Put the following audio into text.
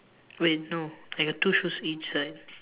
wait no I got two shoes each side